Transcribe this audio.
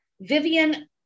Vivian